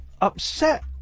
upset